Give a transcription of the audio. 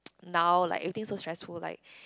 now like everything so stressful like